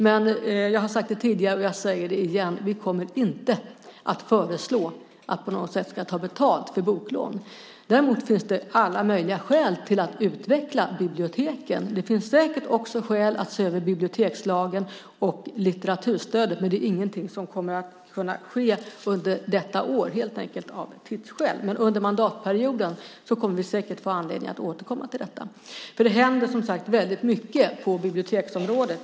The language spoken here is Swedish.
Men jag har sagt det tidigare och jag säger det igen: Vi kommer inte att föreslå att man på något sätt ska ta betalt för boklån. Däremot finns det alla möjliga skäl att utveckla biblioteken. Det finns säkert också skäl att se över bibliotekslagen och litteraturstödet, men det är ingenting som kommer att kunna ske under detta år, helt enkelt av tidsskäl. Men under mandatperioden kommer vi säkert att få anledning att återkomma till detta, för det händer som sagt väldigt mycket på biblioteksområdet.